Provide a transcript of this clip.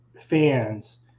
fans